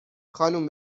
خانوم